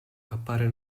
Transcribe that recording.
appare